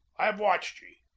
i've watched ye.